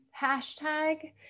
hashtag